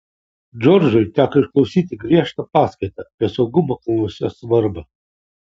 džordžui teko išklausyti griežtą paskaitą apie saugumo kalnuose svarbą